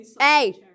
hey